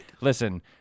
listen